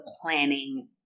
planning